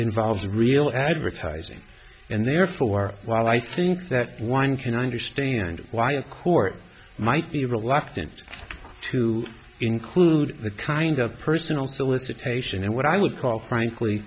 involves real advertising and therefore while i think that one can understand why a court might be reluctant to include the kind of personal solicitation and what i would call frankly